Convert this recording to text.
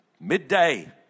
midday